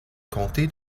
comté